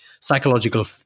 psychological